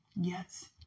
Yes